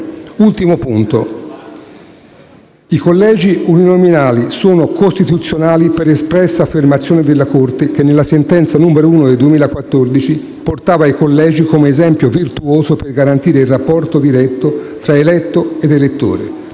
riguarda i collegi uninominali. Essi sono costituzionali per espressa affermazione della Corte che, nella sentenza n. 1 del 2014, portava i collegi come esempio virtuoso per garantire il rapporto diretto tra eletto ed elettore.